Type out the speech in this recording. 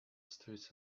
streets